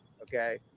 okay